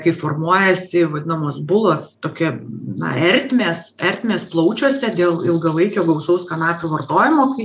kai formuojasi vadinamos bulos tokia na ertmės ertmės plaučiuose dėl ilgalaikio gausaus kanapių vartojimo kai